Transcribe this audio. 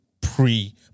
pre